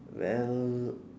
well